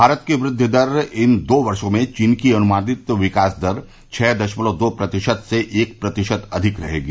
भारत की वृद्वि दर इन दो वर्षो में चीन की अनुमानित विकास दर छह दशमलव दो प्रतिशत से एक प्रतिशत अधिक रहेगी